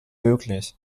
möglich